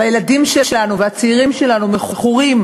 והילדים שלנו והצעירים שלנו מכורים